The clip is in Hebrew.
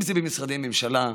אם זה במשרדי ממשלה,